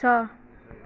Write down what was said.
छ